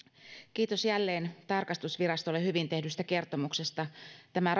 kiitos jälleen tarkastusvirastolle hyvin tehdystä kertomuksesta tämä